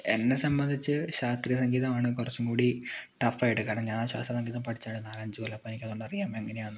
എന്നെ സംബന്ധിച്ച് ശാസ്ത്രീയ സംഗീതമാണ് കുറച്ചും കുടി ടഫ് ആയിട്ട് കാരണം ഞാൻ ശാസ്ത്രീയ സഗീതം പഠിച്ചതാണ് നാല് അഞ്ച് കൊല്ലം അപ്പോൾ എനിക്ക് അതുകൊണ്ടു അറിയാം എങ്ങനെയാന്ന്